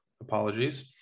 apologies